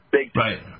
Right